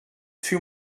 two